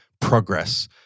progress